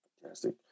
Fantastic